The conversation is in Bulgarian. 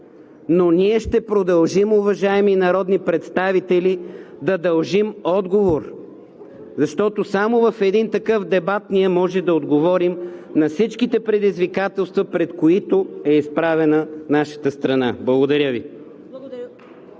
но ние ще продължим, уважаеми народни представители, да дължим отговор, защото само в такъв дебат ние може да отговорим на всичките предизвикателства, пред които е изправена нашата страна. Благодаря Ви.